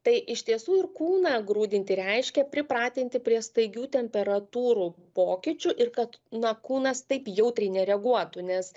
tai iš tiesų ir kūną grūdinti reiškia pripratinti prie staigių temperatūrų pokyčių ir kad na kūnas taip jautriai nereaguotų nes